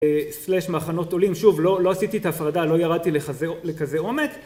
/מחנות עולים שוב לא עשיתי את ההפרדה לא ירדתי לכזה עומק